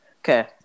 Okay